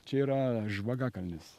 čia yra žvagakalnis